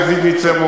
אלכס ויז'ניצר,